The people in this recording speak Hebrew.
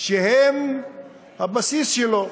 שהם הבסיס שלו.